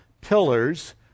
pillars